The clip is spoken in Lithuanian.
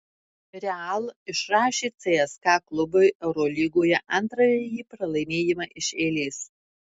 real išrašė cska klubui eurolygoje antrąjį pralaimėjimą iš eilės